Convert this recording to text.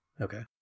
Okay